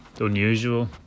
unusual